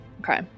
Okay